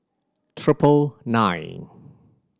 triple nine